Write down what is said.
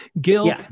Gil